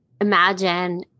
imagine